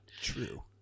True